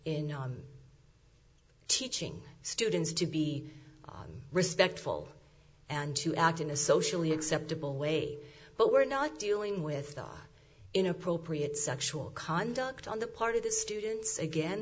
in teaching students to be respectful and to act in a socially acceptable way but we're not dealing with inappropriate sexual conduct on the part of the students again